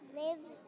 lives